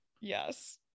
yes